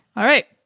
alright,